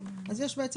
נמצא.